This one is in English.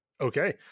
Okay